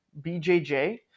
bjj